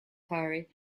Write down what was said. quarry